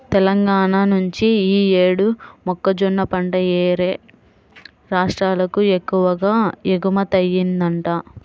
తెలంగాణా నుంచి యీ యేడు మొక్కజొన్న పంట యేరే రాష్ట్రాలకు ఎక్కువగా ఎగుమతయ్యిందంట